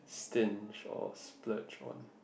stinge or splurge on